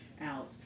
out